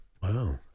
Wow